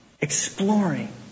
Exploring